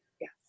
Yes